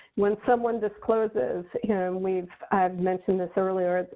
when someone discloses, and we've mentioned this earlier,